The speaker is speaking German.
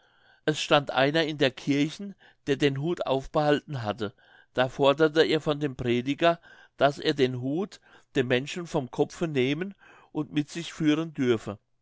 es stand einer in der kirchen der den hut aufbehalten hatte da forderte er von dem prediger daß er den hut dem menschen vom kopfe nehmen und mit sich führen dürfe